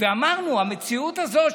ואמרנו: המציאות הזאת,